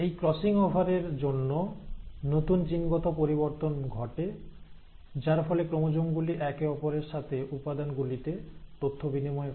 এই crossing over এর জন্য নতুন জিনগত পরিবর্তন ঘটে যার ফলে ক্রোমোজোম গুলি একে অপরের সাথে উপাদান গুলিতে তথ্য বিনিময় করে